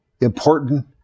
important